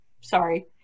Sorry